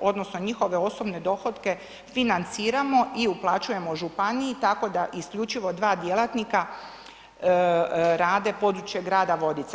odnosno njihove osobne dohotke financiramo i uplaćujemo županiji tako da isključivo 2 djelatnika rade područje grada Vodica.